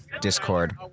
Discord